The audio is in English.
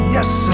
Yes